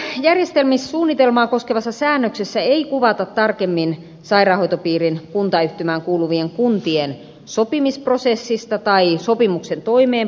tässä järjestämissuunnitelmaa koskevassa säännöksessä ei kuvata tarkemmin sairaanhoitopiirin kuntayhtymään kuuluvien kuntien sopimisprosessia tai sopimuksen toimeenpanoa